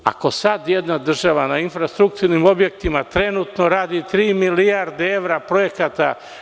Ako sada jedna država na infrastrukturnim objektima trenutno radi tri milijarde evra projekata.